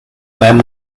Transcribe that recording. man